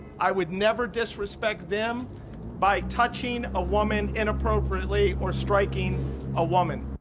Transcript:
i would never disrespect them by touching a woman inappropriately or striking a woman.